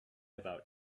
about